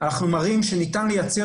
אנחנו מראים שניתן לייצר